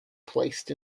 placed